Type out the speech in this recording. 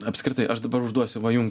apskritai aš dabar užduosiu jum